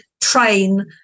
train